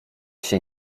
się